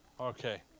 Okay